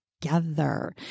together